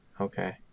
Okay